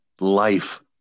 Life